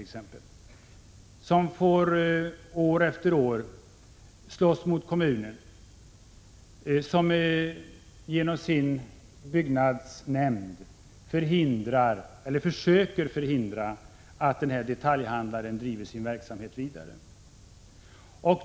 Ägaren får år efter år slåss mot kommunen, och kommunen försöker genom sin byggnadsnämnd förhindra att den här detaljhandlaren driver sin verksamhet vidare.